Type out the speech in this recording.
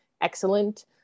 excellent